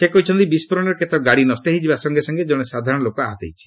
ସେ କହିଛନ୍ତି ବିସ୍ଫୋରଣରେ କେତେକ ଗାଡ଼ି ନଷ୍ଟ ହୋଇଯିବା ସଙ୍ଗେ ସଙ୍ଗେ ଜଣେ ସାଧାରଣ ଲୋକ ଆହତ ହୋଇଛନ୍ତି